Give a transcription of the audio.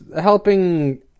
helping